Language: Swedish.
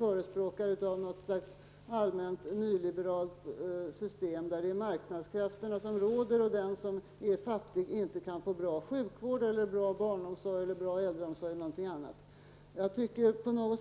förespråkar i stället något slags allmänt nyliberalt system innebärande att det är marknadskrafterna som råder. Den som är fattig kan inte få bra sjukvård, barnomsorg, äldreomsorg osv.